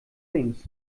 links